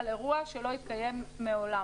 על אירוע שלא התקיים מעולם.